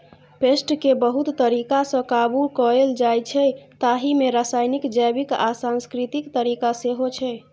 पेस्टकेँ बहुत तरीकासँ काबु कएल जाइछै ताहि मे रासायनिक, जैबिक आ सांस्कृतिक तरीका सेहो छै